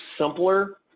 simpler